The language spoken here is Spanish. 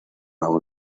aún